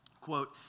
Quote